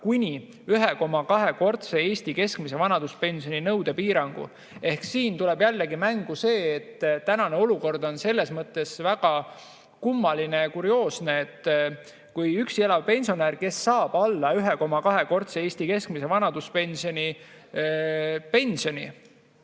kuni 1,2‑kordse Eesti keskmise vanaduspensioni nõue. Ehk siin tuleb jällegi mängu see, et tänane olukord on selles mõttes väga kummaline ja kurioosne, et kui üksi elav pensionär, kes saab alla 1,2‑kordse Eesti keskmise vanaduspensioni